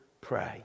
pray